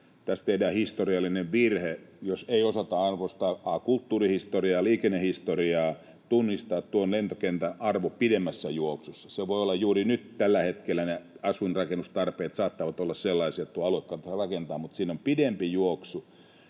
Tässä tehdään historiallinen virhe, jos ei osata arvostaa kulttuurihistoriaa ja liikennehistoriaa, tunnistaa tuon lentokentän arvoa pidemmässä juoksussa. Se voi olla juuri nyt niin, että tällä hetkellä ne asuinrakennustarpeet saattavat olla sellaisia, että tuo alue kannattaisi rakentaa, mutta siinä on pidempi juoksu: